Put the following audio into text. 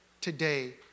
today